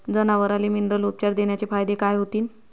जनावराले मिनरल उपचार देण्याचे फायदे काय होतीन?